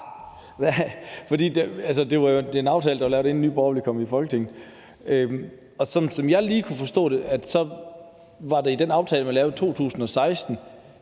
Det er en aftale, der er lavet, inden Nye Borgerlige kom i Folketinget, og som jeg har forstået det, var det aftalt i den aftale, man lavede i 2016,